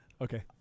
Okay